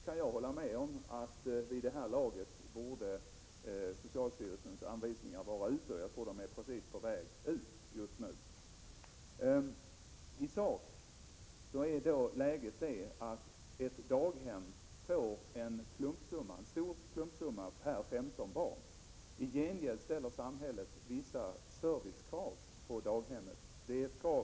Jag kan hålla med om att socialstyrelsens anvisningar borde ha kommit ut, och jag tror att de är på väg ut just nu. I sak är läget sådant att ett daghem får en stor klumpsumma per 15 barn. I gengäld ställer samhället vissa krav på service på daghemmen.